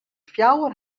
fjouwer